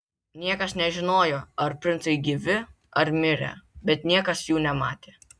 niekas nežinojo ar princai gyvi ar mirę bet niekas jų nematė